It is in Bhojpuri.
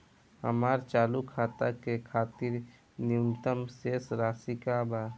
हमार चालू खाता के खातिर न्यूनतम शेष राशि का बा?